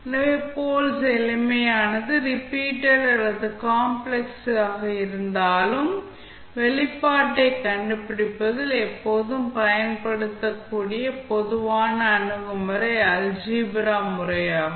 எனவே போல்ஸ் எளிமையானதா ரிப்பீட்டட் அல்லது காம்ப்ளக்ஸ் இருந்தாலும் வெளிப்பாட்டைக் கண்டுபிடிப்பதில் எப்போதும் பயன்படுத்தக்கூடிய பொதுவான அணுகுமுறை அல்ஜீப்ரா முறையாகும்